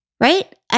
right